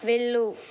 వెళ్ళు